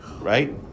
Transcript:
right